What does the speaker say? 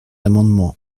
amendement